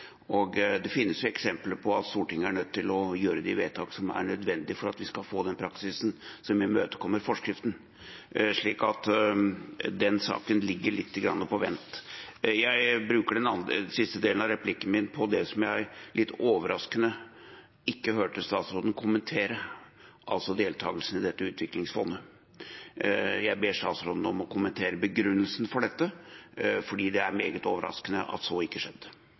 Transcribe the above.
Det finnes jo eksempler på at Stortinget er nødt til å gjøre de vedtak som er nødvendige for at vi skal få den praksisen som imøtekommer forskriften, slik at den saken ligger lite grann på vent. Jeg bruker den siste delen av replikken min på det som jeg litt overraskende ikke hørte utenriksministeren kommentere, nemlig deltakelsen i dette utviklingsfondet. Jeg ber utenriksministeren om å kommentere begrunnelsen for dette, for det er meget overraskende at så ikke skjedde.